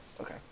Okay